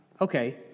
Okay